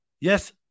yes